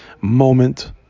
moment